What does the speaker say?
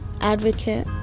advocate